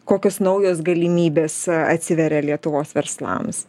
kokios naujos galimybės atsiveria lietuvos verslams